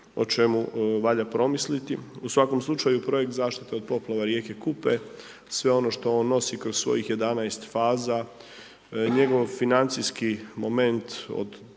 o čemu valja promisliti. U svakom slučaju Projekt zaštite od poplava rijeke Kupe, sve ono što on nosi kroz svojih 11 faza, njegov financijski moment od